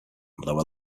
lower